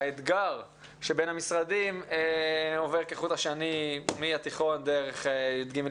האתגר שבין המשרדים עובר כחוט השני מהתיכון דרך י"ג,